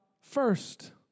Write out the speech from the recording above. first